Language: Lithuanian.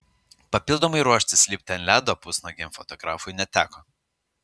papildomai ruoštis lipti ant ledo pusnuogiam fotografui neteko